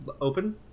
open